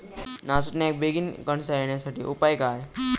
नाचण्याक बेगीन कणसा येण्यासाठी उपाय काय?